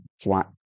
flat